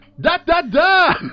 Da-da-da